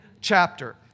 chapter